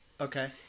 Okay